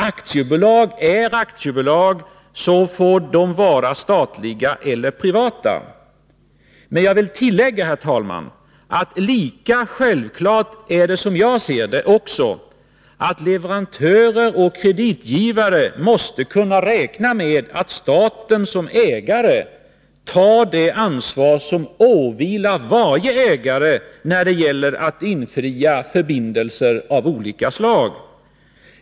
Aktiebolag är aktiebolag, oavsett om de är statliga eller privata. Men jag vill tillägga, herr talman, att lika självklart är det — som jag ser det — att leverantörer och kreditgivare måste kunna räkna med att staten som ägare tar det ansvar som åvilar varje ägare när det gäller att infria förbindelser av olika slag.